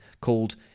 called